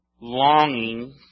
longing